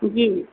जी